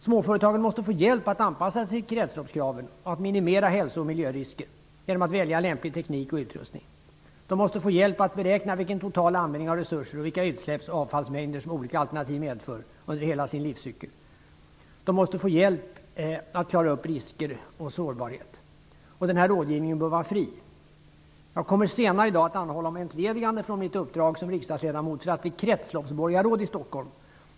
Småföretagen måste få hjälp att anpassa sig till kretsloppskraven och att minimera hälso och miljörisker genom att välja lämplig teknik och utrustning. De måste få hjälp att beräkna vilken total användning av resurser och vilka utsläpps och avfallsmängder som olika alternativ medför under hela sin livscykel samt om risker och sårbarhet, och den här rådgivningen bör vara fri. Jag kommer senare i dag att anhålla om entledigande från mitt uppdrag som riksdagsledamot för att bli kretsloppsborgarråd i Stockholm.